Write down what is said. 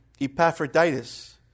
Epaphroditus